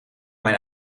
mijn